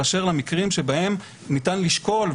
אשר למקרים שבהם ניתן לשקול,